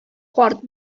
карт